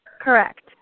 Correct